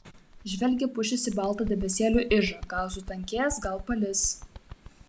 žvelgia pušys į baltą debesėlių ižą gal sutankės gal palis